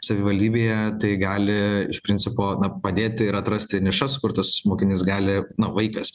savivaldybėje tai gali iš principo na padėti ir atrasti nišas kur tas mokinys gali nu vaikas